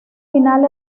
final